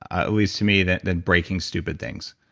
at least to me, than than breaking stupid things.